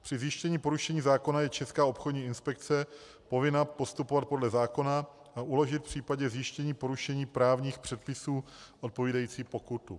Při zjištění porušení zákona je Česká obchodní inspekce povinna postupovat podle zákona a uložit v případě zjištění porušení právních předpisů odpovídající pokutu.